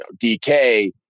DK